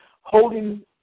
holding